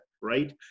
right